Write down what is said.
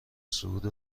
صعود